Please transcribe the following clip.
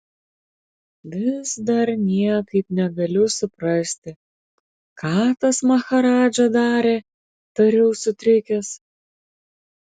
vis dar niekaip negaliu suprasti ką tas maharadža darė tariau sutrikęs